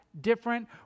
different